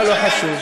כי יכול להיות